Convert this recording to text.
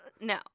No